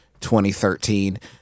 2013